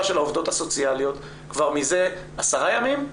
של העובדות הסוציאליות כבר מזה 10 ימים.